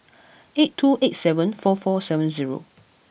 eight two eight seven four four seven zero